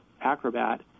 Acrobat